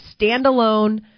standalone